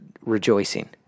rejoicing